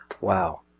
Wow